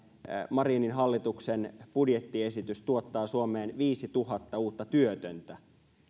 marinin hallituksen budjettiesitys tuottaa suomeen viisituhatta uutta työtöntä